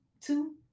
two